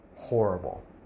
horrible